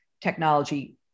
technology